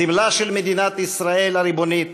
סמלה של מדינת ישראל הריבונית.